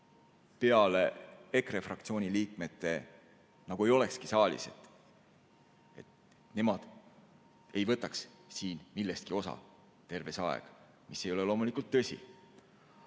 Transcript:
peale EKRE fraktsiooni liikmete nagu ei olekski saalis, nemad ei võtaks siin millestki osa terve see aeg, mis ei ole loomulikult tõsi. Aga